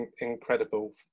incredible